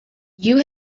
you